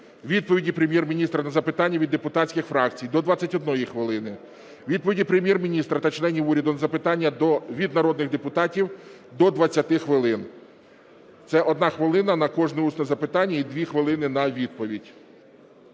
відповіді Прем'єр-міністра на запитання від депутатських фракції – до 21 хвилини, відповіді Прем'єр-міністра та членів уряду на запитання від народних депутатів – до 20 хвилин, це 1 хвилина на кожне усне запитання і 2 хвилини на відповідь.